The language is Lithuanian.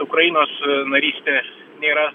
ukrainos narystė nėra